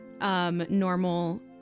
normal